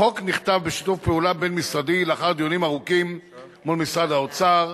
החוק נכתב בשיתוף פעולה בין-משרדי לאחר דיונים ארוכים מול משרד האוצר,